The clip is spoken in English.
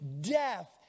death